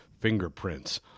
fingerprints